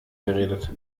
geredet